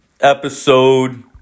episode